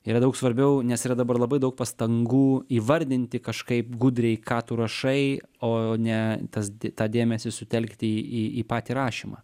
yra daug svarbiau nes yra dabar labai daug pastangų įvardinti kažkaip gudriai ką tu rašai o ne tas tą dėmesį sutelkti į į patį rašymą